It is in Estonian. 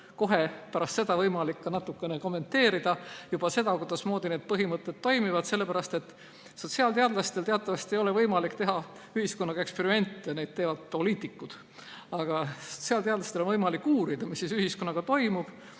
kohe pärast seda võimalik natukene kommenteerida seda, kuidasmoodi need põhimõtted toimivad. Sotsiaalteadlastel teatavasti ei ole võimalik teha ühiskonnaga eksperimente, neid teevad poliitikud. Aga sotsiaalteadlastel on võimalik uurida, mis ühiskonnaga toimub.